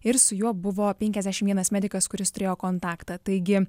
ir su juo buvo penkiasdešimt vienas medikas kuris turėjo kontaktą taigi